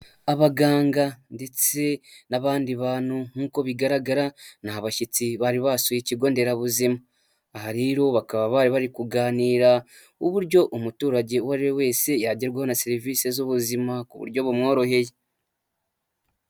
Abaganga ndetse n'abandi bantu nk'uko bigaragara, ni abashyitsi bari basuye ikigo nderabuzima. Aha rero bakaba bari bari kuganira uburyo umuturage uwo ari we wese yagerwaho na serivise z'ubuzima, ku buryo bumworoheye.